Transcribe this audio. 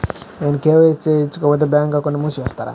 నేను కే.వై.సి చేయించుకోకపోతే బ్యాంక్ అకౌంట్ను మూసివేస్తారా?